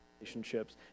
relationships